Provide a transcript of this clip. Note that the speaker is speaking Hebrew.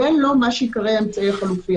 וזה לא מה שייקרא "האמצעי החלופי".